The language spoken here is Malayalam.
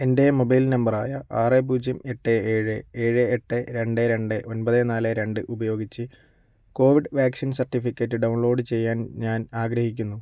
എൻ്റെ മൊബൈൽ നമ്പറായ ആറ് പൂജ്യം എട്ട് ഏഴ് ഏഴ് എട്ട് രണ്ട് രണ്ടേ ഒമ്പത് നാല് രണ്ട് ഉപയോഗിച്ച് കോവിഡ് വാക്സിൻ സർട്ടിഫിക്കറ്റ് ഡൗൺലോഡ് ചെയ്യാൻ ഞാൻ ആഗ്രഹിക്കുന്നു